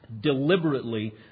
deliberately